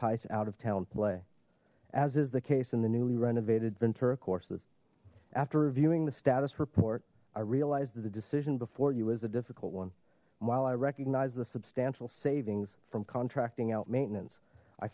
entice out of town play as is the case in the newly renovated ventura courses after reviewing the status report i realized that the decision before you is a difficult one while i recognize the substantial savings from contracting out maintenance i